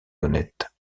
honnête